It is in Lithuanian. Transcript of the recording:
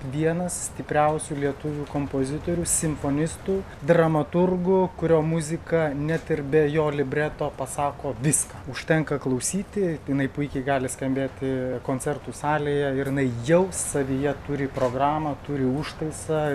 vienas stipriausių lietuvių kompozitorių simfonistų dramaturgų kurio muzika net ir be jo libreto pasako viską užtenka klausyti jinai puikiai gali skambėti koncertų salėje ir jinai jau savyje turi programą turi užtaisą